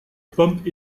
bump